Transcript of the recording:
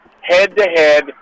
head-to-head